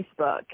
Facebook